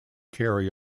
carry